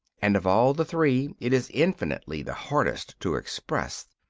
and of all the three it is infinitely the hardest to express.